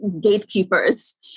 gatekeepers